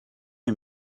est